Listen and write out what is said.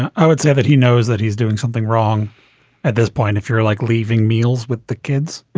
i would say that he knows that he's doing something wrong at this point, if you're like leaving meals with the kids.